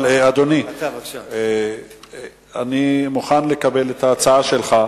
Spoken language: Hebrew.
אבל, אדוני, אני מוכן לקבל את ההצעה שלך,